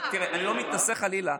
חלילה,